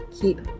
keep